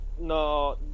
No